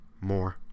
more